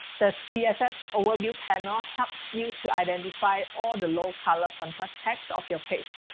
the css overview panel helps you to identify all the low color contrast texts of your page.